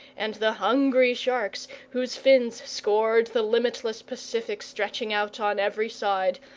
and the hungry sharks, whose fins scored the limitless pacific stretching out on every side,